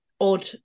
odd